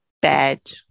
bad